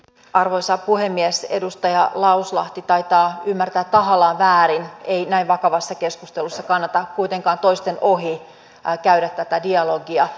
arvoisa puhemies edustaja lauslahti taitaa ymmärtää tahallaan väärin eikä vakavassa keskustelussa kannata kuitenkaan toisten ohi an käydä tätä dialogia